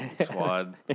squad